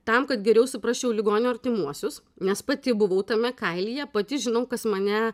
tam kad geriau suprasčiau ligonio artimuosius nes pati buvau tame kailyje pati žinau kas mane